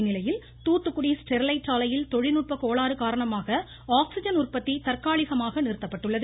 இந்நிலையில் தூத்துக்குடி ஸ்டெர்லைட் ஆலையில் தொழில்நுட்ப கோளாறு காரணமாக ஆக்சிஜன் உற்பத்தி தற்காலிகமாக நிறுத்தப்பட்டுள்ளது